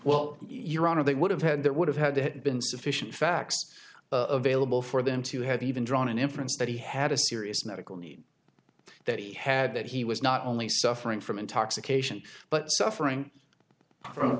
well your honor they would have had that would have had it been sufficient facts available for them to have even drawn an inference that he had a serious medical need that he had that he was not only suffering from intoxication but suffering